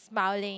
smiling